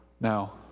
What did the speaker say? Now